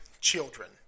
children